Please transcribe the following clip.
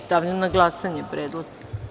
Stavljam na glasanje predlog.